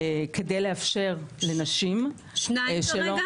כדי לאפשר לנשים- -- שניים כרגע?